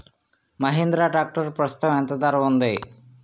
Mahindra tractor ప్రస్తుతం ఎంత ధర ఉంది?